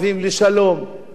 עכשיו תראה מה קרה.